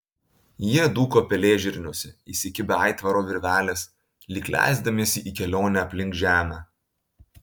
jie dūko pelėžirniuose įsikibę aitvaro virvelės lyg leisdamiesi į kelionę aplink žemę